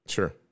Sure